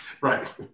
Right